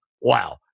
Wow